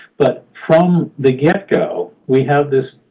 but from the get-go, we have this?